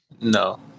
No